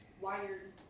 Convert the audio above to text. wired